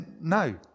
no